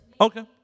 Okay